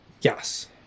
Yes